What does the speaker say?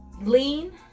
lean